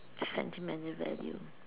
sentimental value